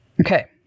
Okay